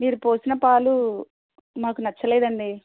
మీరు పోసిన పాలు మాకు నచ్చలేదండి